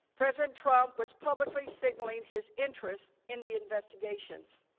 president trump was publicly signaling his interest in the investigations.